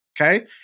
Okay